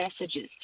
messages